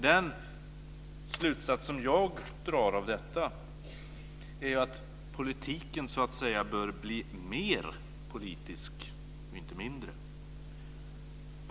Den slutsats jag drar av detta är att politiken bör bli mer politisk, inte mindre.